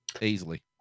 Easily